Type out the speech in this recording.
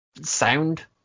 sound